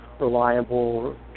reliable